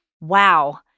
Wow